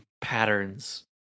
Patterns